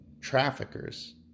traffickers